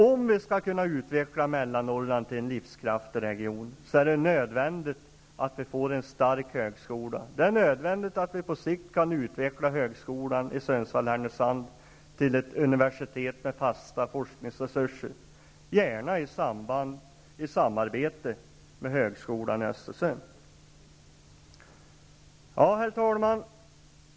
Om vi skall kunna utveckla Mellannorrland till en livskraftig region är det nödvändigt att vi får en stark högskola. Det är nödvändigt att vi på sikt kan utveckla högskolan i Sundsvall/Härnösand till ett universitet med fasta forskningsresurser, gärna i samarbete med högskolan i Östersund. Herr talman!